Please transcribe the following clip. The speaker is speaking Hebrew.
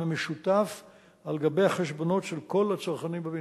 המשותף על גבי החשבונות של כל הצרכנים בבניין.